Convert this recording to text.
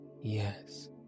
Yes